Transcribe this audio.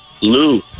Lou